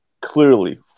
clearly